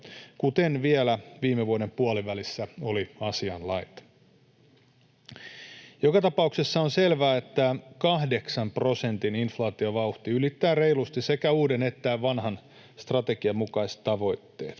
kuten vielä viime vuoden puolivälissä oli asian laita. Joka tapauksessa on selvää, että kahdeksan prosentin inflaatiovauhti ylittää reilusti sekä uuden että vanhan strategian mukaiset tavoitteet.